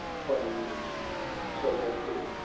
twenty years so that the